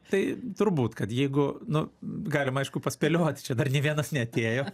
tai turbūt kad jeigu nu galim aišku paspėliot čia dar nė vienas neatėjo